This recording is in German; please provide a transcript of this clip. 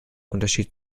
unterschied